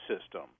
system